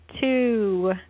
two